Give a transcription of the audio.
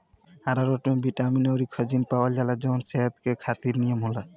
आरारोट में बिटामिन अउरी खनिज पावल जाला जवन सेहत खातिर निमन होला